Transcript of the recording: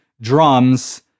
drums